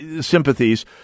sympathies